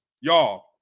y'all